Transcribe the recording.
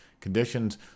Conditions